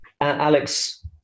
Alex